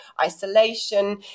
isolation